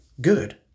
good